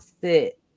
sit